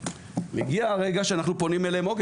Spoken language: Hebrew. מגיע הרגע שאנחנו פונים אליהם: אוקיי,